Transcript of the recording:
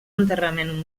enterrament